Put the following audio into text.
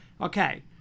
Okay